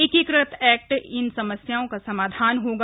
एकीकृत एक्ट इन समस्याओं कासमाधान हागा